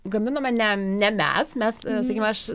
gaminome ne ne mes mes sakykim aš